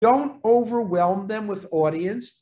‫לא להסתובב אותם בעולם.